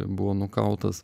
buvo nukautas